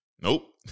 nope